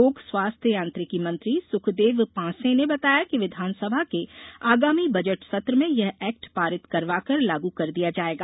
लोक स्वास्थ्य यांत्रिकी मंत्री सुखदेव पांसे ने बताया कि विधानसभा के आगामी बजट सत्र में यह एक्ट पारित करवाकर लागू कर दिया जाएगा